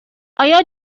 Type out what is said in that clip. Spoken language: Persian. آیا